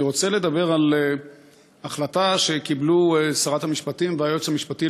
אני רוצה לדבר על החלטה שקיבלו שרת המשפטים והיועץ המשפטי